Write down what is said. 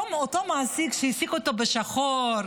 אותו מעסיק שהעסיק אותו בשחור,